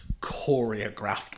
choreographed